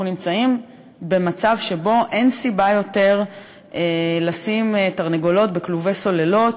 אנחנו נמצאים במצב שבו אין סיבה יותר לשים תרנגולות בכלובי סוללות,